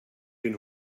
den